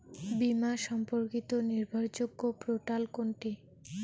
বীমা সম্পর্কিত নির্ভরযোগ্য পোর্টাল কোনটি?